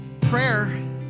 prayer